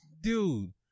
dude